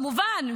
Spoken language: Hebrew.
כמובן,